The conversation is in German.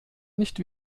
nicht